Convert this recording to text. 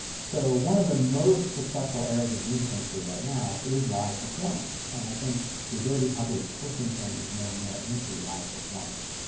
so one of the most successful areas of the music industry right now is live performance. and i think the ability to copy is pushing things more and more into live performance.